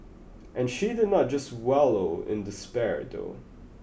and she did not just wallow in despair though